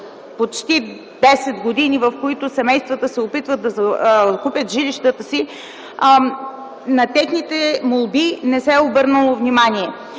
почти десет години, в които семействата се опитват да закупят жилищата си, на техните молби не се е обърнало внимание.